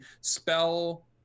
spell